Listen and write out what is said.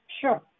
Sure